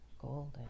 golden